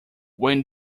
when